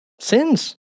sins